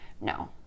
no